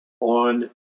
on